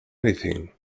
anything